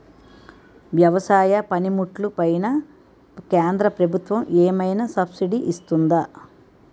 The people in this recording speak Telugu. వ్యవసాయ పనిముట్లు పైన కేంద్రప్రభుత్వం ఏమైనా సబ్సిడీ ఇస్తుందా?